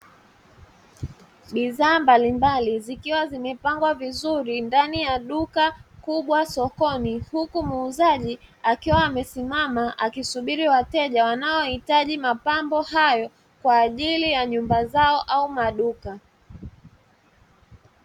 Bidhaa mbalimbali zikiwa zimepangwa vizuri ndani ya duka kubwa sokoni. Huku muuzaji akiwa amesimama akisubiri wateja wanaohitaji mapambo hayo kwa ajili ya nyumba zao au maduka.